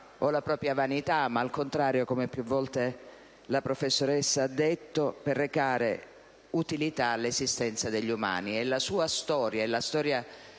Grazie